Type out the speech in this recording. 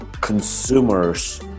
consumers